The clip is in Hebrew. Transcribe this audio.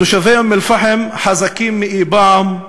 תושבי אום-אלפחם חזקים מאי-פעם.